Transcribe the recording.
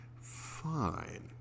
Fine